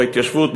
בהתיישבות,